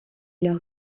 leurs